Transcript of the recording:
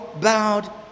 bowed